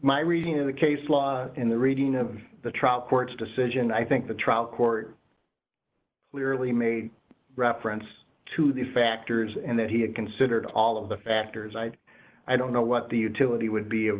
my reading of the case law and the reading of the trial court's decision i think the trial court clearly made reference to these factors and that he had considered all of the factors i i don't know what the utility would be